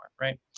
right